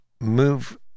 move